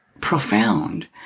profound